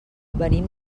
venim